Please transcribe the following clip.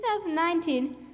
2019